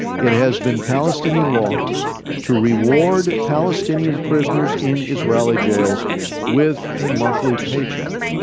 it has been palestinian law to reward palestinian prisoners in israeli jails with a monthly paycheck.